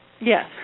Yes